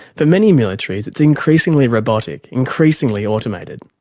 for many militaries it's increasingly robotic, increasingly automated.